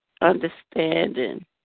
understanding